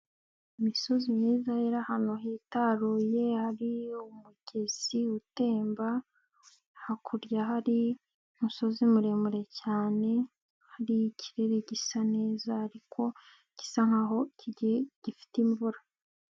Imisozi myiza iri ahantu hitaruye, hari umugezi utemba, hakurya hari umusozi muremure cyane, hari ikirere gisa neza ariko gisa nk'aho gifite imvura.